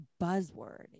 buzzword